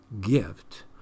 gift